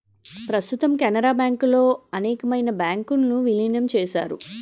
ప్రస్తుతం కెనరా బ్యాంకులో అనేకమైన బ్యాంకు ను విలీనం చేశారు